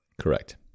correct